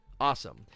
awesome